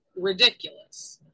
ridiculous